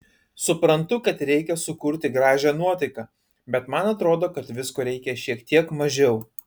suprantu kad reikia sukurti gražią nuotaiką bet man atrodo kad visko reikia šiek tiek mažiau